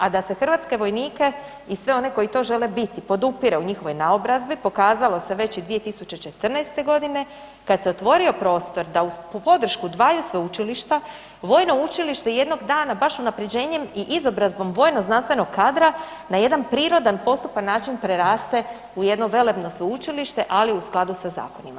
A da se hrvatske vojnike i sve one koji to žele biti podupire u njihovoj naobrazbi pokazalo se već i 2014.g. kad se otvorio prostor da uz podršku dvaju sveučilišta vojno učilište jednog dana baš unaprjeđenjem i izobrazbom vojno znanstvenog kadra na jedan prirodan i postupan način preraste u jedno velebno sveučilište, ali u skladu sa zakonima.